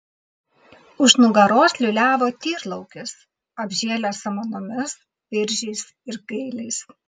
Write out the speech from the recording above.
už nugaros liūliavo tyrlaukis apžėlęs samanomis viržiais ir gailiais